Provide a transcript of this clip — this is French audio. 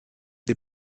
des